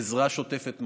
עזרה שוטפת,